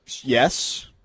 Yes